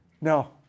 No